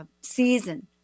season